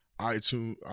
iTunes